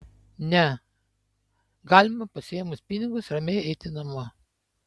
ne galima pasiėmus pinigus ramiai eiti namo